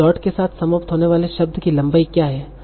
dot के साथ समाप्त होने वाले शब्द की लंबाई क्या है